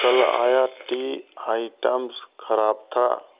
कल आया tea items ख़राब था